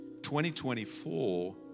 2024